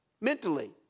mentally